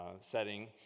setting